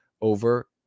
over